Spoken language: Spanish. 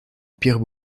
pierre